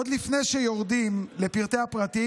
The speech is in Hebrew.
עוד לפני שיורדים לפרטי-הפרטים,